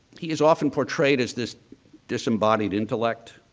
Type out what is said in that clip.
he is often portrayed as this disembodied intellect.